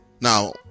Now